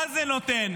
מה זה נותן?